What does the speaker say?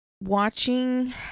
watching